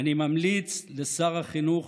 אני ממליץ לשר החינוך